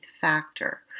Factor